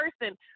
person